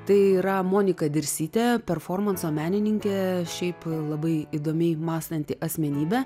tai yra monika dirsytė performanso menininkė šiaip labai įdomiai mąstanti asmenybė